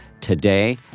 today